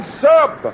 sub